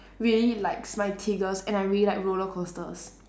really likes my tiggers and I really like roller coasters